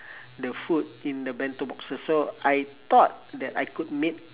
the food in the bento boxes so I thought that I could make